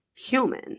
Human